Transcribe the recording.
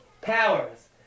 powers